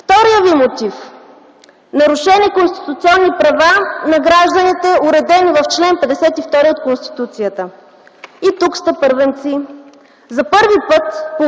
Вторият ви мотив – нарушени конституционни права на гражданите уредени в чл. 52 от Конституцията. И тук сте първенци! За първи път,